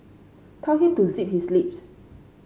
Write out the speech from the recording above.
tell him to zip his lip